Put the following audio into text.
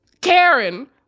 Karen